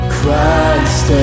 Christ